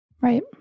Right